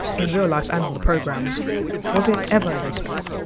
in real life and on the programme was it ever lupus?